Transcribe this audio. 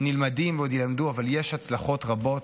נלמדים ועוד יילמדו, אבל יש הצלחות רבות.